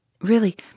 Really